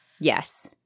Yes